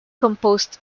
composed